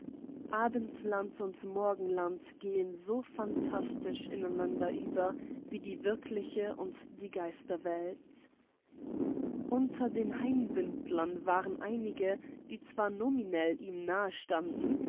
abendland und morgenland gehe so phantastisch ineinander über wie die wirkliche und die geisterwelt unter den hainbündlern waren einige die zwar nominell ihm nahestanden